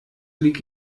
lieg